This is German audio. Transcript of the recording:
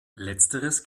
letzteres